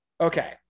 Okay